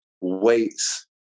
weights